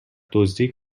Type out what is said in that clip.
دزدی